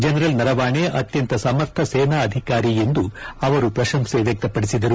general Naravane ಅತ್ಯಂತ ಸಮರ್ಥ ಸೇನಾ ಅಧಿಕಾರಿ ಎಂದುಅವರು ಪ್ರಶಂಸೆ ವ್ಯಕ್ತಪಡಿಸಿದರು